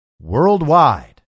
worldwide